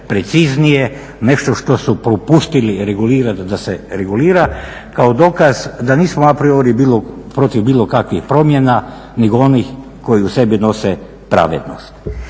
preciznije, nešto što su propustili regulirat da se regulira, kao dokaz da nismo a priori protiv bilo kakvih promjena nego onih koje u sebi nose pravednost.